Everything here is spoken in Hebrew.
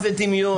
איזה דמיון.